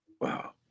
Wow